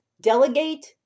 delegate